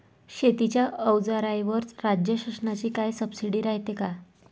शेतीच्या अवजाराईवर राज्य शासनाची काई सबसीडी रायते का?